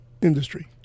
industry